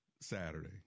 Saturday